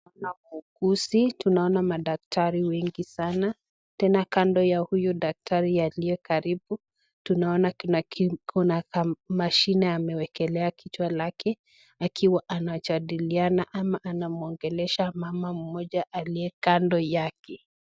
Tunaona muuguzi tunaona madaktari wengi sana tena kando ya huyu daktari aliyekaribu tunaona kuna kamashine amewekelea kichwa lake akiwa anajadiliana ama anaongelesha mama mmoja aliyekando yake.